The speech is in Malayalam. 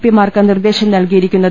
പി മാർക്ക് നിർദേശം നൽകിയിരിക്കുന്നത്